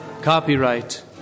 copyright